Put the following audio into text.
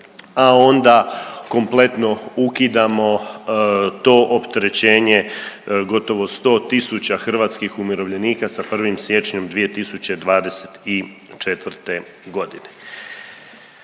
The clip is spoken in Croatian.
a onda kompletno ukidamo to opterećenje gotovo 100 tisuća hrvatskih umirovljenika sa 1. siječnja 2024. godine.